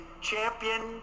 champion